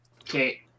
Okay